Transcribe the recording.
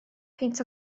peint